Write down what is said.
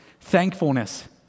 thankfulness